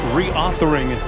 reauthoring